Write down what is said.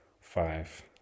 five